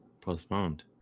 postponed